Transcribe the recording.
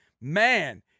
Man